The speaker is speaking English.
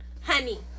honey